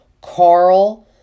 Carl